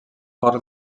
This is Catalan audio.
cor